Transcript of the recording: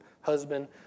husband